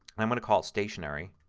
i'm going to call it stationery.